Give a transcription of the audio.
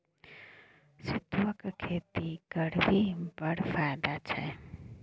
सितुआक खेती करभी बड़ फायदा छै